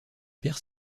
perd